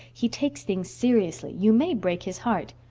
he takes things seriously. you may break his heart.